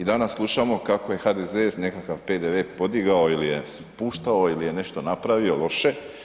I danas slušamo kako je HDZ nekakav PDV podigao ili je spuštao ili je nešto napravio loše.